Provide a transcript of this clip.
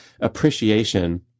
appreciation